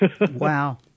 Wow